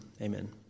Amen